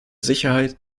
sicherheit